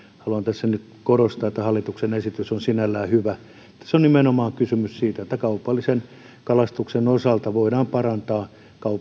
haluan tässä nyt korostaa että hallituksen esitys on sinällään hyvä tässä on nimenomaan kysymys siitä että kaupallisen kalastuksen osalta voidaan parantaa